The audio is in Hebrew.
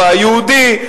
רוצים גם את הרובע היהודי,